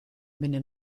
venne